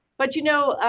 but, you know,